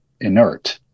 inert